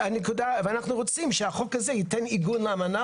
ואנחנו רוצים שהחוק הזה ייתן עיגון לאמנה